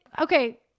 Okay